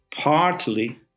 partly